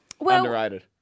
underrated